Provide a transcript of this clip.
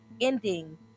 ending